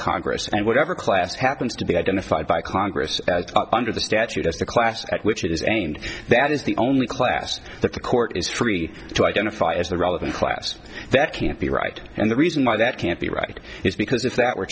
congress and whatever class happens to be identified by congress under the statute as a class at which it is and that is the only class that the court is tree to identify as the relevant class that can't be right and the reason why that can't be right is because if that were